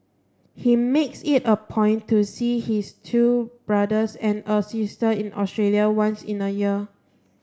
he makes it a point to see his two brothers and a sister in Australia once in a year